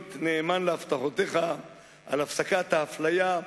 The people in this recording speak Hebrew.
להיות נאמן להבטחותיך על הפסקת האפליה,